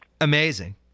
amazing